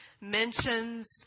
mentions